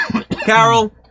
Carol